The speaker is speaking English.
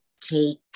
take